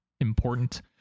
important